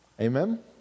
Amen